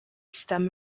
stem